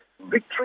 Victory